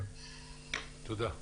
תודה.